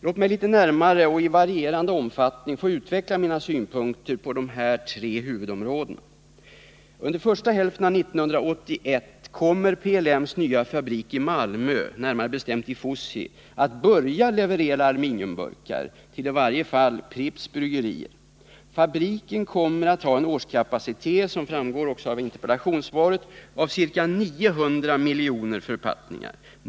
Låt mig litet närmare och i varierande omfattning få utveckla mina synpunkter på dessa tre huvudområden. Under första hälften av 1981 kommer PLM:s nya fabrik i Fosie i Malmö att börja leverera aluminiumburkar till i varje fall Pripps bryggerier. Fabriken kommer, som också framgår av interpellationssvaret, att ha en årskapacitet av 900 miljoner förpackningar.